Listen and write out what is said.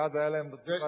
ואז היה להם פת לחם לאכול.